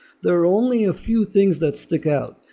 there are only a few things that stick out.